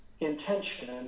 intention